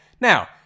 Now